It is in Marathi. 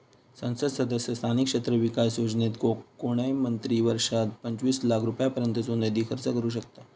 संसद सदस्य स्थानिक क्षेत्र विकास योजनेत कोणय मंत्री वर्षात पंचवीस लाख रुपयांपर्यंतचो निधी खर्च करू शकतां